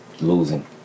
losing